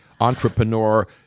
entrepreneur